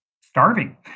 starving